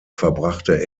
verbrachte